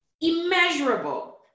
immeasurable